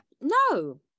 no